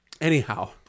Anyhow